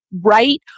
right